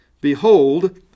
Behold